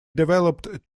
developed